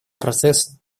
процесса